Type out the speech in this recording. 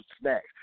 snacks